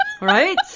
Right